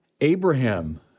Abraham